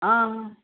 आ